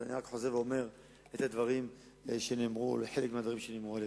ואני חוזר ואומר את הדברים או חלק מהדברים שנאמרו על-ידו.